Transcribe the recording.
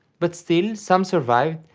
but still, some survived,